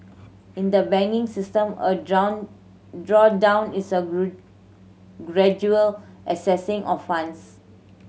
in the banking system a draw draw down is a gradual accessing of funds